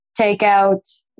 takeout